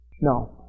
no